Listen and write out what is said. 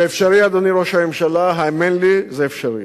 זה אפשרי, אדוני ראש הממשלה, האמן לי, זה אפשרי.